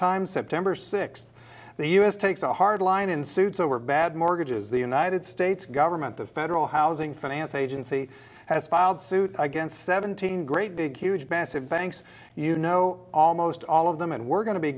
times september sixth the u s takes a hard line ensued so we're bad mortgages the united states government the federal housing finance agency has filed suit against seventeen great big huge massive banks you know almost all of them and we're going to be